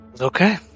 Okay